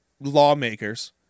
lawmakers